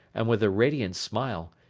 and with a radiant smile.